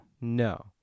No